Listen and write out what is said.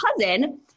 cousin